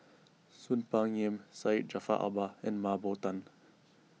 Soon Peng Yam Syed Jaafar Albar and Mah Bow Tan